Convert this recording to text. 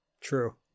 True